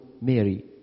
Mary